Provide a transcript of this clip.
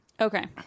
Okay